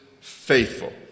Faithful